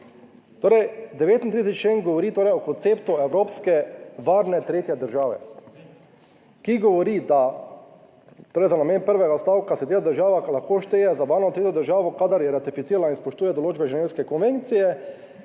Torej, 39. člen govori torej o konceptu Evropske varne tretje države, ki govori, da torej za namen prvega odstavka se dela država, ki lahko šteje za varno tretjo državo, kadar je ratificirala in spoštuje določbe ženevske konvencije,